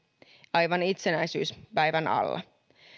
aivan itsenäisyyspäivän alla